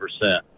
percent